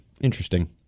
interesting